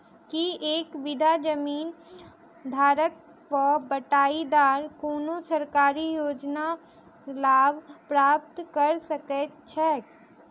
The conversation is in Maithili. की एक बीघा जमीन धारक वा बटाईदार कोनों सरकारी योजनाक लाभ प्राप्त कऽ सकैत छैक?